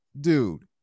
Dude